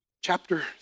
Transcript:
Chapter